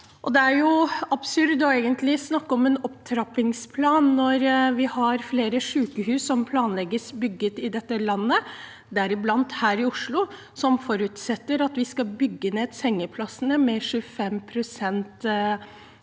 egentlig absurd å snakke om en opptrappingsplan når vi har flere sykehus som planlegges bygget i dette landet, deriblant her i Oslo, der det forutsettes at vi skal bygge ned sengeplassene med 25 pst.